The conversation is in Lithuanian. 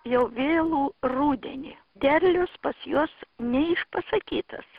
jau vėlų rudenį derlius pas juos neišpasakytas